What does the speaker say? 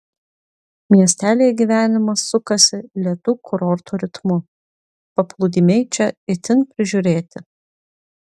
miestelyje gyvenimas sukasi lėtu kurorto ritmu paplūdimiai čia itin prižiūrėti